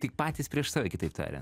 tik patys prieš save kitaip tariant